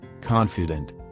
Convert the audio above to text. confident